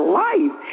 life